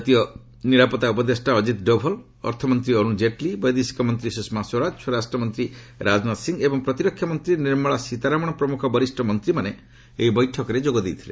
ଜାତୀୟ ସୁରକ୍ଷା ପରିଷଦର ଉପଦେଷ୍ଟା ଅଜିତ୍ ଡୋଭାଲ୍ ଅର୍ଥମନ୍ତ୍ରୀ ଅରୁଣ ଜେଟଲୀ ବୈଦେଶିକ ମନ୍ତ୍ରୀ ସୁଷମା ସ୍ୱରାଜ ସ୍ୱରାଷ୍ଟ୍ରମନ୍ତ୍ରୀ ରାଜନାଥ ସିଂହ ଏବଂ ପ୍ରତିରକ୍ଷା ମନ୍ତ୍ରୀ ନିର୍ମଳା ସୀତାରମଣ ପ୍ରମୁଖ ବରିଷ୍ଣ ମନ୍ତ୍ରୀମାନେ ଏହି ବୈଠକରେ ଯୋଗଦେଇଥିଲେ